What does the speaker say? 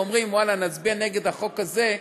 ואומרים: נצביע נגד החוק הזה,